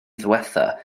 ddiwethaf